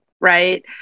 right